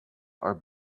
are